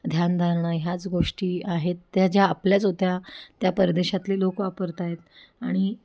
ध्यान धारणा ह्याच गोष्टी आहेत त्या ज्या आपल्याच होत्या त्या परदेशातले लोक वापरत आहेत आणि